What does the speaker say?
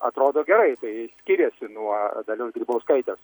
atrodo gerai tai skiriasi nuo dalios grybauskaitės